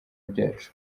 byacu